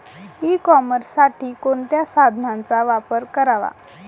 E कॉमर्ससाठी कोणत्या साधनांचा वापर करावा?